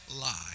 lie